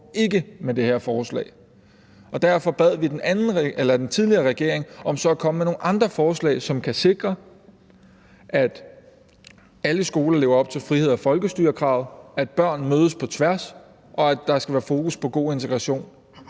ikke med det her forslag. Derfor bad vi den tidligere regering om så at komme med nogle andre forslag, som kan sikre, at alle skoler lever op til frihed og folkestyre-kravet, at børn mødes på tværs, og at der er fokus på god integration.